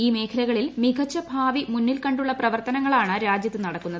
ഈ മേഖലകളിൽ മികച്ച ഭാവി മുന്നിൽ കണ്ടുള്ള പ്രവർത്തനങ്ങളാണ് രാജ്യത്ത് നടക്കുന്നത്